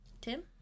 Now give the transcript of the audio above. Tim